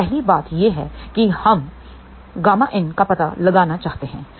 तो पहली बात यह है कि हमƬin का पता लगाना चाहते हैं